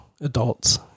adults